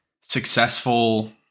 successful